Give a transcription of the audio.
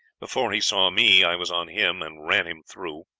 before he saw me i was on him, and ran him through.